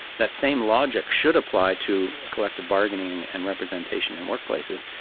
that same logic should apply to collective bargaining and representation in workplaces,